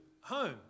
home